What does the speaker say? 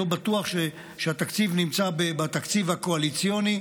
אני לא בטוח שהתקציב נמצא בתקציב הקואליציוני,